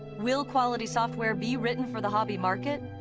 will quality software be written for the hobby market?